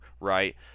right